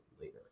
later